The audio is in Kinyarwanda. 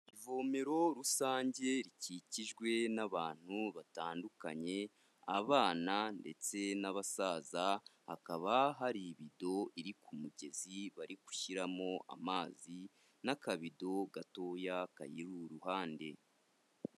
Ivomero rusange rikikijwe n'abantu batandukanye, abana ndetse n'abasaza, hakaba hari ibido iri ku mugezi bari gushyiramo amazi n'akabido gatoya kayiri iruhande.